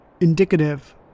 indicative